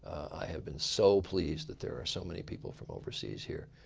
i have been so pleased that there are so many people from overseas here.